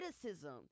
criticism